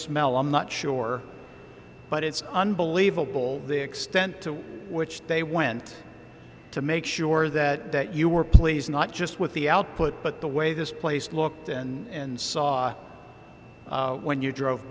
smell i'm not sure but it's unbelievable the extent to which they went to make sure that you were please not just with the output but the way this place looked and saw when you drove